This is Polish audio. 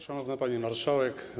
Szanowna Pani Marszałek!